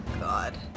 God